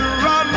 run